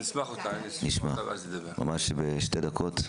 נשמע בשתי דקות.